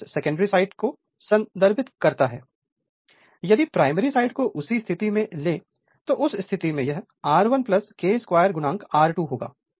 resistance secondary side को संदर्भित करता है यदि प्राइमरी साइड को उसी स्थिति में लें तो उस स्थिति में यह R1 K2 R2 होगा